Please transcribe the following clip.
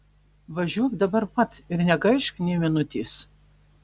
važiuok dabar pat ir negaišk nė minutės